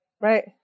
Right